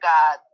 God